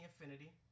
Affinity